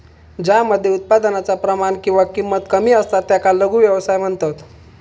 ज्या मध्ये उत्पादनाचा प्रमाण किंवा किंमत कमी असता त्याका लघु व्यवसाय म्हणतत